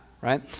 right